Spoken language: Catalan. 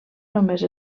només